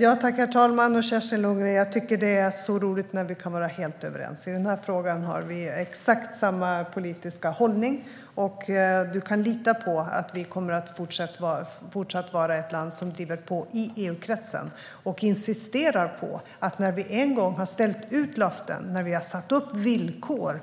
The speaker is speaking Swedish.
Herr talman! Jag tycker att det är så roligt att Kerstin Lundgren och jag kan vara helt överens. I den här frågan har vi exakt samma politiska hållning, och Kerstin Lundgren kan lita på att vi även fortsättningsvis kommer att vara ett land som driver på i EU-kretsen och insisterar på att när vi en gång har ställt ut löften, när vi har satt upp villkor